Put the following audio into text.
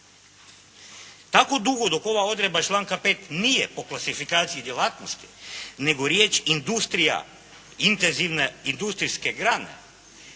Tako dugo dok ova odredba članka 5. nije po klasifikaciji djelatnosti nego riječ industrija, intenzivne industrijske grane